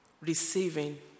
receiving